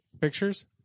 Pictures